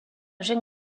jeune